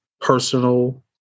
personal